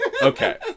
Okay